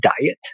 diet